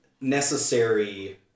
necessary